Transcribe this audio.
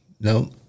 no